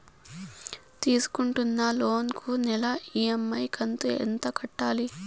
తీసుకుంటున్న లోను కు నెల ఇ.ఎం.ఐ కంతు ఎంత కట్టాలి?